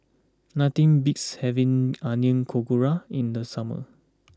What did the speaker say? nothing beats having Onion Pakora in the summer